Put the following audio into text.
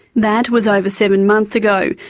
that was over seven months ago,